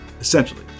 Essentially